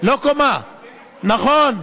אי-אפשר ליפול?